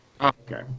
Okay